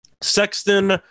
Sexton